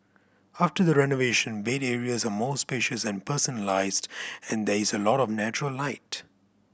after the renovation bed areas are more spacious and personalised and there is a lot of natural light